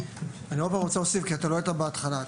אני רוצה להוסיף כי לא היית בהתחלה.